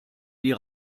die